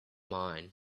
mine